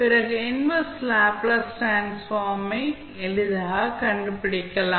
பிறகு inverse Laplace transform ஐ எளிதாகக் கண்டுபிடிக்கலாம்